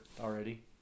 already